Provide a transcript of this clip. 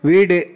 வீடு